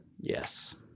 Yes